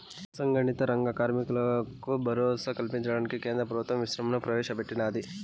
అసంగటిత రంగ కార్మికులకు భరోసా కల్పించడానికి కేంద్ర ప్రభుత్వం ఈశ్రమ్ ని ప్రవేశ పెట్టినాది